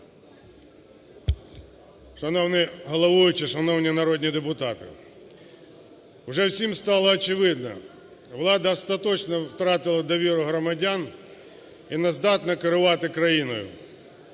Шановний головуючий, шановні народні депутати! Уже всім стало очевидно: влада остаточно втратила довіру громадян і не здатна керувати країною.